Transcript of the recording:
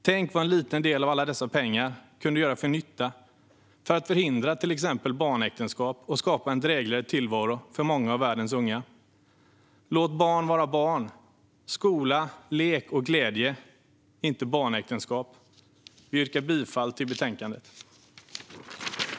Tänk vad en liten del av alla de pengarna skulle kunna göra nytta för att förhindra till exempel barnäktenskap och skapa en drägligare tillvaro för många av världens unga. Låt barn vara barn med skola, lek och glädje - inte barnäktenskap! Jag yrkar bifall till förslaget i betänkandet.